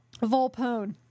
Volpone